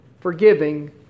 forgiving